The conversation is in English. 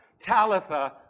Talitha